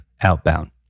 outbound